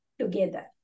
together